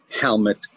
helmet